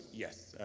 yes,